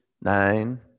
nine